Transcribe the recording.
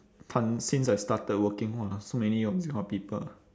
tons since I started working what ah so many of this kind of people